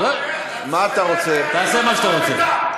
תעשה מה שאתה רוצה.